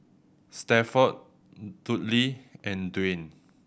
Stafford Dudley and Dwain